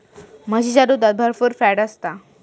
म्हशीच्या दुधात भरपुर फॅट असता